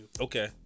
Okay